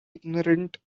ignorant